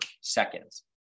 seconds